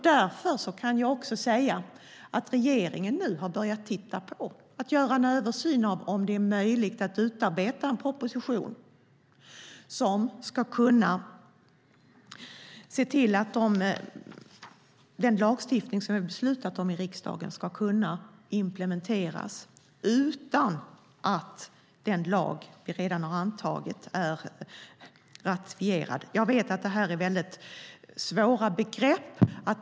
Därför har regeringen nu börjat titta på att göra en översyn av om det är möjligt att utarbeta en proposition som ska se till att den lagstiftning som riksdagen har beslutat om ska kunna implementeras utan att den lag vi redan har antagit är ratificerad. Jag vet att detta är mycket svåra begrepp.